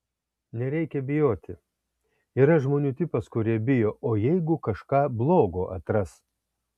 nereikia bijoti yra žmonių tipas kurie bijo o jeigu kažką blogo atras